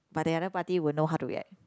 but the other party will know how to react